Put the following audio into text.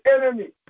enemy